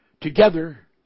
together